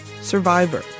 Survivor